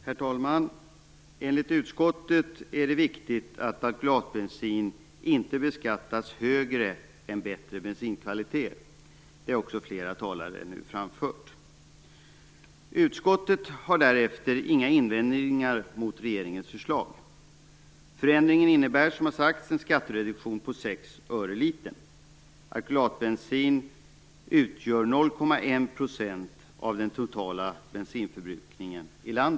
Herr talman! Enligt utskottet är det viktigt att alkylatbensin inte beskattas högre än bättre bensinkvaliteter. Det har också flera talare nu framfört. Utskottet har därefter inga invändningar mot regeringens förslag. Förändringen innebär, som har sagts, en skattereduktion på 6 öre litern. Alkylatbensin utgör 0,1 % av den totala bensinförbrukningen i landet.